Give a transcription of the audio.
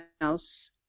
else